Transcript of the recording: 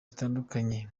zitandukanye